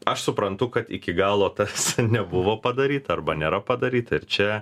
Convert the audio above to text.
aš suprantu kad iki galo tas nebuvo padaryta arba nėra padaryta ir čia